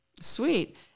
sweet